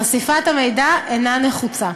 חשיפת המידע אינה נחוצה.